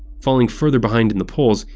falling further behind in the polls,